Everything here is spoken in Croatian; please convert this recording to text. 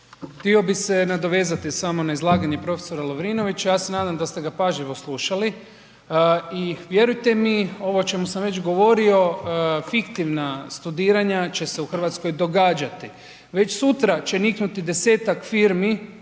Htio bi se nadovezati samo na izlaganje prof. Lovrinovića, ja se nadam da ste ga pažljivo slušali i vjerujte mi ovo o čemu sam već govorio, fiktivna studiranja će se u RH događati, već sutra će niknuti 10-tak firmi